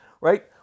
right